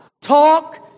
talk